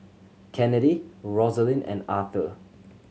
Kennedi Rosalind and Arther